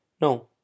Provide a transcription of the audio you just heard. No